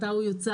מתי הוא יוצר.